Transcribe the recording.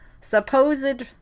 supposed